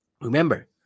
remember